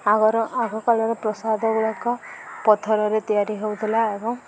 ଆଗର ଆଗକାଲରେ ପ୍ରସାଦଗୁଡ଼ାକ ପଥରରେ ତିଆରି ହେଉଥିଲା ଏବଂ